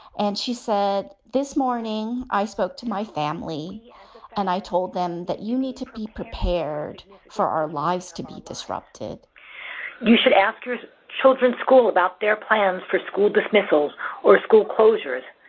and she said this morning i spoke to my family and i told them that you need to be prepared for our lives to be disrupted you should ask your children's school about their plans for school dismissals or school closures.